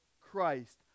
Christ